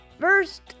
First